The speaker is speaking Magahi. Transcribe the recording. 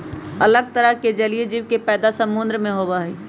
अलग तरह के जलीय जीव के पैदा समुद्र में होबा हई